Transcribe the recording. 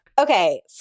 Okay